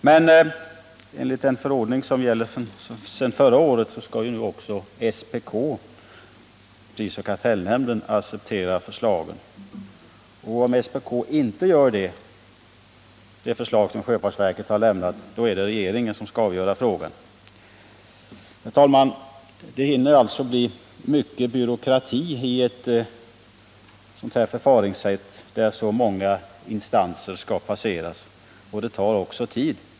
Men enligt den förordning som gäller sedan förra året skall också SPK acceptera sjöfartsverkets förslag. Om SPK inte gör det, är det regeringen som skall avgöra frågan. Herr talman! Det hinner bli mycket av byråkratiska inslag i ett förfaringssätt där så många instanser skall passeras, och det tar också tid.